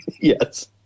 Yes